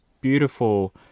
beautiful